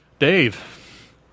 Dave